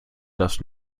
dass